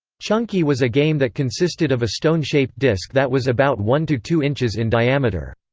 chunkey was a game that consisted of a stone-shaped disk that was about one two two inches in diameter.